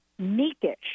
meekish